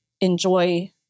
enjoy